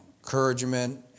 encouragement